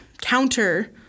counter